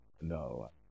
no